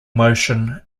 motion